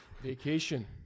vacation